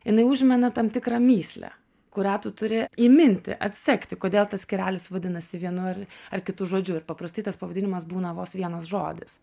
jinai užmena tam tikrą mįslę kurią tu turi įminti atsekti kodėl tas skyrelis vadinasi vienu ar ar kitu žodžiu ir paprastai tas pavadinimas būna vos vienas žodis